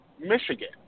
Michigan